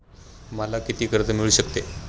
मला किती कर्ज मिळू शकते?